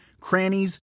crannies